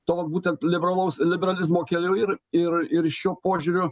to būtent liberalaus liberalizmo keliu ir ir ir šiuo požiūriu